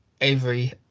Avery